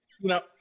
No